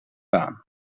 baan